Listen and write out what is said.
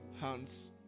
hands